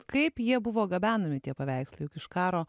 kaip jie buvo gabenami tie paveikslai iš karo